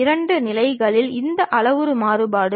இவை கூடுதல் தகவல்கள் ஆகும்